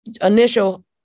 initial